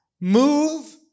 move